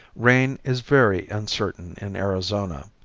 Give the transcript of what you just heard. rain is very uncertain in arizona.